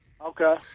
Okay